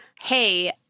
hey